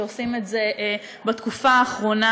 שעושים את זה בתקופה האחרונה.